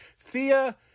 Thea